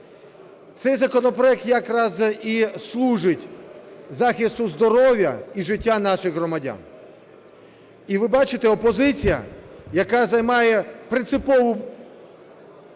Цей законопроект якраз і служить захисту здоров'я і життя наших громадян. І ви бачите, опозиція, яка займає принципову